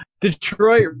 Detroit